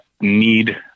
need